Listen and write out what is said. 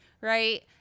Right